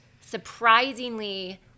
surprisingly